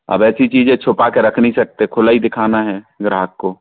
अब ऐसी चीज़ें छुपा के रख नहीं सकते खुला ही दिखाना है ग्राहक को